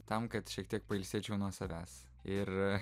tam kad šiek tiek pailsėčiau nuo savęs ir